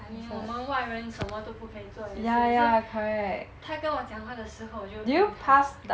I mean 我们外人什么都不可以做也是 so 她跟我讲话的时候我就问她